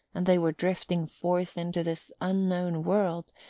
and they were drifting forth into this unknown world,